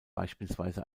beispielsweise